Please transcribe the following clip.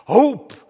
hope